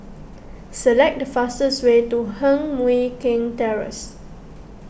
select the fastest way to Heng Mui Keng Terrace